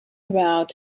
about